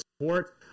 support